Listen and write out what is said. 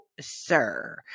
sir